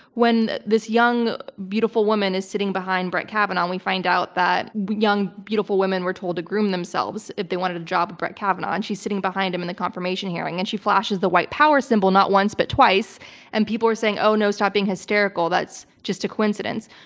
when this young, beautiful woman is sitting behind brett kavanaugh we find out that young, beautiful women were told to groom themselves if they wanted a job with brett kavanaugh and she's sitting behind him in the confirmation hearing and she flashes the white power symbolnot once but twice and people are saying oh no stop being hysterical that's just a coincidence.